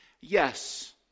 Yes